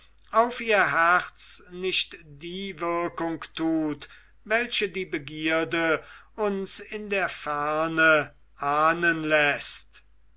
auf ihr herz nicht die wirkung tut welche die begierde uns in der ferne ahnen läßt